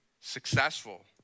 successful